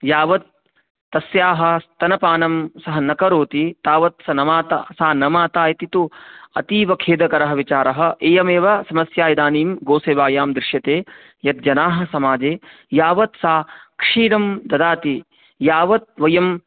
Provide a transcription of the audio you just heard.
यावत् तस्याः स्तनपानं सः न करोति तावत्स न माता सा न माता इति तु अतीव खेदकरः विचारः इयमेव समस्या इदानीं गोसेवायां दृश्यते यत् जनाः समाजे यावत् सा क्षीरं ददाति यावत् वयं